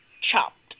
chopped